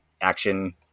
action